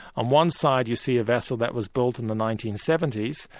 on one side you see a vessel that was built in the nineteen seventy s,